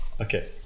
Okay